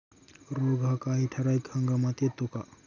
रोग हा काही ठराविक हंगामात येतो का?